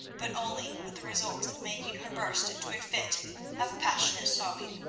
but only with the result of making her burst into a fit of passionate sobbing.